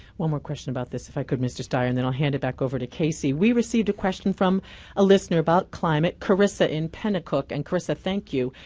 one more question about this, if i could mr. steyer, and then i'll hand it back over to casey. we received a question from a listener about climate, in penecook. and karissa, thank you.